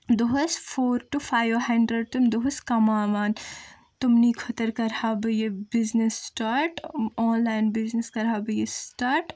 دۄہس four two five hundred تِم دۄہس کماوان تِمنٕے خٲطرٕ کرٕ ہا بہٕ یہِ business start online business کرٕہا بہٕ یہِ سِٹاٹ